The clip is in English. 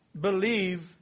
believe